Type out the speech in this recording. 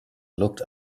looked